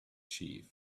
chief